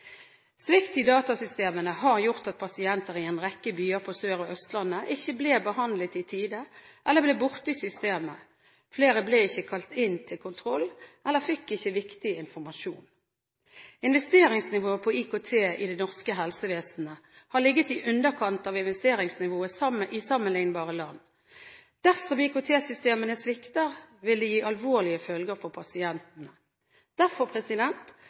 Svikt i datasystemene har gjort at pasienter i en rekke byer på Sørlandet og Østlandet ikke ble behandlet i tide, eller ble «borte» i systemet. Flere ble ikke kalt inn til kontroll eller fikk ikke viktig informasjon. Investeringsnivået på IKT i det norske helsevesenet har ligget i underkant av investeringsnivået i sammenliknbare land. Dersom IKT-systemene svikter, vil det gi alvorlige følger for pasientene. Derfor